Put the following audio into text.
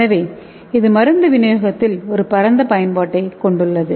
எனவே இது மருந்து விநியோகத்தில் ஒரு பரந்த பயன்பாட்டைக் கொண்டுள்ளது